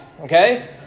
okay